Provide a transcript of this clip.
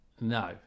No